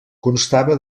constava